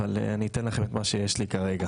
אבל אני אתן לכם את מה שיש לי כרגע.